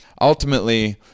ultimately